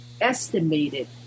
estimated